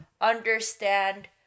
understand